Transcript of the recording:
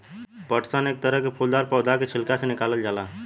पटसन एक तरह के फूलदार पौधा के छिलका से निकालल जाला